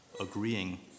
agreeing